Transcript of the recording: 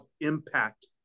impact